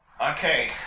Okay